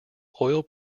oil